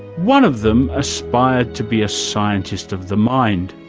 one of them aspired to be a scientist of the mind.